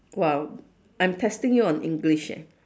!wow! I'm testing you on english eh